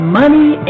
money